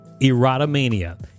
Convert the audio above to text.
erotomania